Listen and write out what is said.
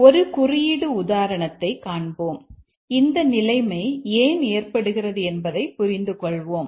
ஒரு குறியீடு உதாரணத்தைக் காண்போம் அந்த நிலைமை ஏன் ஏற்படுகிறது என்பதைப் புரிந்துகொள்வோம்